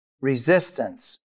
resistance